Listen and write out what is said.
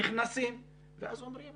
נכנסים ואז אומרים,